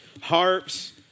Harps